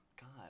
God